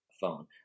phone